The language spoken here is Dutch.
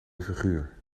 figuur